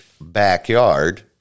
backyard